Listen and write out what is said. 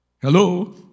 Hello